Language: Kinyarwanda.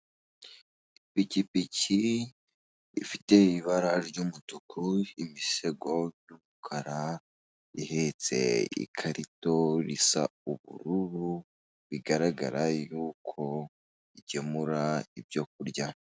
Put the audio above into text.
Ipikipiki ifite ibara ry'umutuku imisego y'umukara ihetse ikarito risa ubururu, bigaragara yuko igemura ibyo kurya.